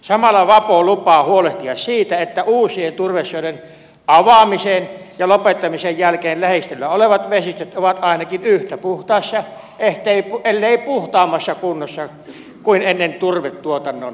samalla vapo lupaa huolehtia siitä että uusien turvesoiden avaamisen ja lopettamisen jälkeen lähistöllä olevat vesistöt ovat ainakin yhtä puhtaassa elleivät puhtaammassa kunnossa kuin ennen turvetuotannon alkua